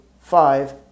five